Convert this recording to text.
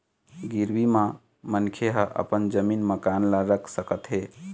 गिरवी म मनखे ह अपन जमीन, मकान ल रख सकत हे